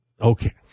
Okay